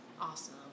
awesome